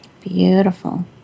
Beautiful